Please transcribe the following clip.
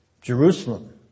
Jerusalem